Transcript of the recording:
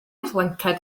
flanced